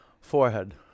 forehead